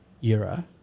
euro